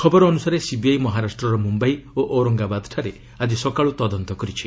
ଖବର ଅନୁସାରେ ସିବିଆଇ ମହାରାଷ୍ଟ୍ରର ମୁମ୍ୟାଇ ଓ ଔରଙ୍ଗାବାଦ୍ଠାରେ ଆଜି ସକାଳୁ ତଦନ୍ତ କରିଛି